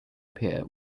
pier